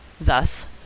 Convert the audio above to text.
Thus